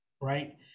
right